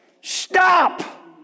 Stop